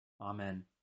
Amen